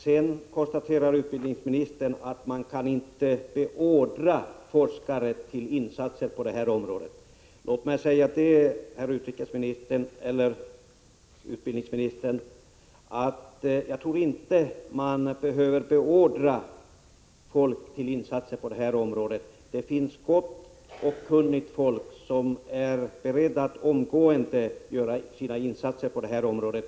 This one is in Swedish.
Sedan konstaterar ubildningsministern att man inte kan beordra forskare tillinsatser på detta område. Låt mig säga till utbildningsministern att jag inte tror att man behöver beordra folk till insatser. Det finns gott om kunnigt folk som är beredda att omgående göra sina insatser på det här området.